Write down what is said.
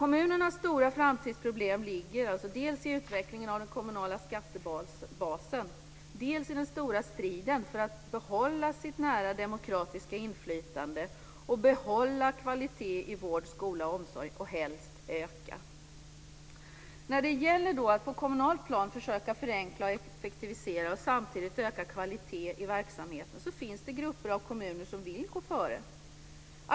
Kommunernas stora framtidsproblem ligger dels i utvecklingen av den kommunala skattebasen, dels i den stora striden för att behålla sitt nära demokratiska inflytande och behålla kvalitet i vård, skola och omsorg och helst också öka den. När det gäller att försöka förenkla och effektivisera på ett kommunalt plan och samtidigt öka kvaliteten i verksamheten finns det grupper av kommuner som vill gå före.